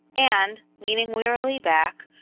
and, leaning wearily back,